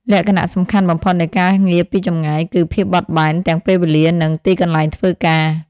លក្ខណៈសំខាន់បំផុតនៃការងារពីចម្ងាយ គឺ ភាពបត់បែន ទាំងពេលវេលា និងទីកន្លែងធ្វើការ។